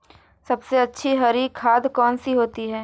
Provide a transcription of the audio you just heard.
सबसे अच्छी हरी खाद कौन सी होती है?